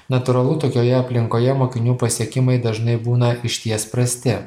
natūralu tokioje aplinkoje mokinių pasiekimai dažnai būna išties prasti